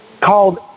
called